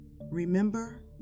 remember